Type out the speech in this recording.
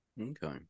Okay